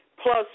plus